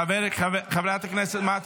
חברת הכנסת מירב